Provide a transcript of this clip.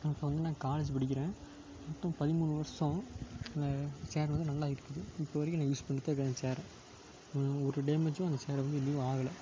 நான் அப்போ வந்து நான் காலேஜு படிக்கிறேன் மொத்தம் பதிமூணு வர்ஷம் நல்ல சேரு வந்து நல்லா இருக்குது இப்போ வரைக்கும் நான் யூஸ் பண்ணிட்டு தான் இருக்கேன் அந்த சேரை ஒரு ஒரு டேமேஜும் அந்த சேரை வந்து எங்கேயும் ஆகல